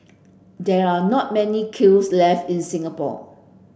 there are not many kilns left in Singapore